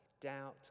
doubt